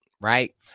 right